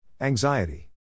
Anxiety